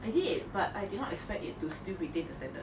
I did but I did not expect it to still retain a standard